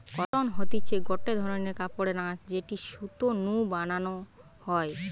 cotton হতিছে গটে ধরণের কাপড়ের আঁশ যেটি সুতো নু বানানো হয়